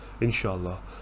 Inshallah